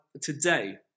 today